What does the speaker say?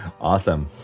Awesome